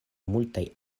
multaj